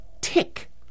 tick